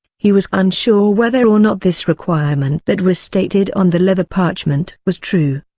he was unsure whether or not this requirement that was stated on the leather parchment was true.